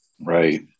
Right